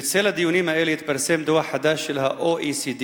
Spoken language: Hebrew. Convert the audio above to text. בצל הדיונים האלה התפרסם דוח חדש של ה-OECD,